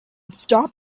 stop